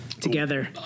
together